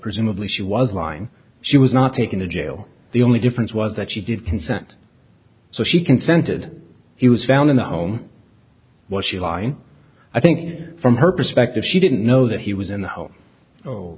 presumably she was line she was not taken to jail the only difference was that she did consent so she consented he was found in the home while she line i think from her perspective she didn't know that he was in the home oh